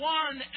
one